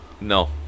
No